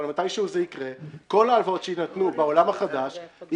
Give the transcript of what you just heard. אבל מתי שהוא זה יקרה כל ההלוואות שיינתנו בעולם החדש ייפרעו.